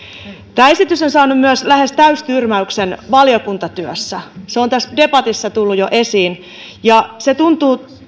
tämä esitys on saanut myös lähes täystyrmäyksen valiokuntatyössä se on tässä debatissa tullut jo esiin ja tuntuu